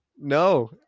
no